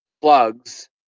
plugs